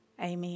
Amen